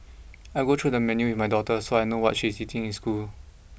I will go through the menu with my daughter so I know what she is eating in school